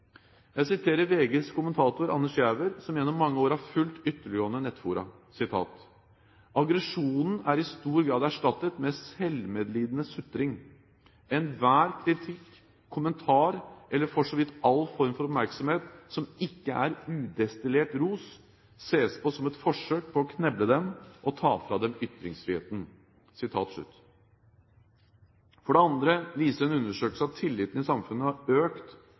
Jeg siterer VGs kommentator Anders Giæver som gjennom mange år har fulgt ytterliggående nettfora: «Aggresjonen er i stor grad erstattet med selvmedlidende sutring. Enhver kritikk, kommentar eller for så vidt all form for oppmerksomhet som ikke er udestillert ros, ses på som et forsøk på å kneble dem og ta fra dem ytringsfriheten.» For det andre viser en undersøkelse at tilliten i samfunnet har økt